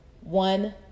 one